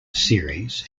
series